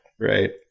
right